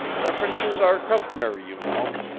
references are customary, you know.